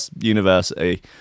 university